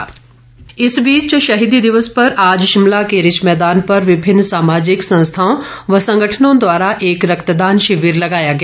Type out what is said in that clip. राज्यपाल इस बीच शहीदी दिवस पर आज शिमला के रिज मैदान पर विभिन्न सामाजिक संस्थाओं व संगठनों द्वारा एक रक्तदान शिविर लगाया गया